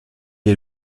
est